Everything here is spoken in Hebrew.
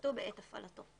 שינקטו בעת הפעלתו.